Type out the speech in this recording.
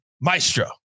Maestro